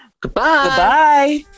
Goodbye